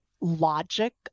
logic